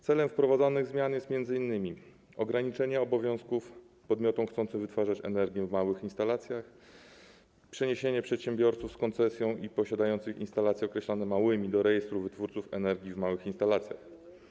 Celem wprowadzanych zmian jest m.in.: ograniczenie obowiązków podmiotów chcących wytwarzać energię w małych instalacjach, przeniesienie przedsiębiorców z koncesją i posiadających instalacje określane jako małe do rejestru wytwórców energii w małych instalacjach.